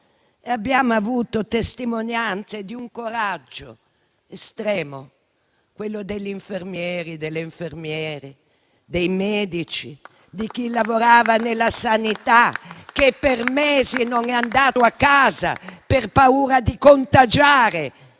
Abbiamo avuto testimonianze di un coraggio estremo, quello degli infermieri e delle infermiere, dei medici, di chi lavorava nella sanità, che per mesi non è andato a casa, per paura di contagiare